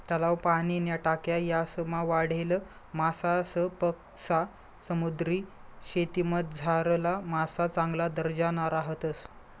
तलाव, पाणीन्या टाक्या यासमा वाढेल मासासपक्सा समुद्रीशेतीमझारला मासा चांगला दर्जाना राहतस